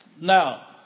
Now